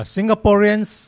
Singaporeans